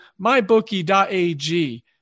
mybookie.ag